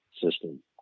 system